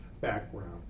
background